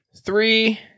three